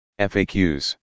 FAQs